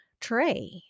tray